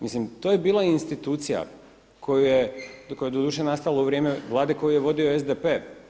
Mislim to je bila institucija koju je, koja je doduše nastala u vrijeme vlade koju je vodio SDP.